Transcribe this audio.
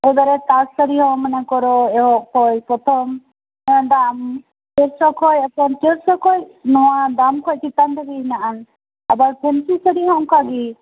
ᱮᱭᱵᱟᱨᱮ ᱛᱟᱸᱛ ᱥᱟᱹᱲᱤ ᱦᱚᱸ ᱢᱚᱱᱮ ᱠᱚᱨᱚ ᱮᱦᱚᱵ ᱠᱷᱚᱱ ᱯᱨᱚᱛᱷᱚᱢ ᱫᱟᱢ ᱪᱟᱹᱨᱥᱳ ᱠᱷᱚᱱ ᱮᱠᱷᱮᱱ ᱪᱟᱹᱨᱥᱳ ᱠᱷᱚᱱ ᱱᱚᱶᱟ ᱫᱟᱢ ᱠᱷᱚᱱ ᱪᱮᱛᱟᱱ ᱦᱟᱹᱵᱤᱡ ᱦᱮᱱᱟᱜᱼᱟ ᱟᱵᱟᱨ ᱯᱟᱹᱧᱪᱤ ᱥᱟᱹᱲᱤ ᱦᱚᱸ ᱚᱱᱠᱟ ᱜᱮ